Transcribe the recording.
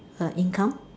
a income